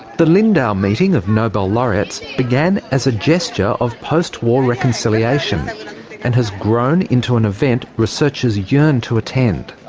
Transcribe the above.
the lindau meeting of nobel laureates began as a gesture of post-war reconciliation and has grown into an event researchers yearn to attend.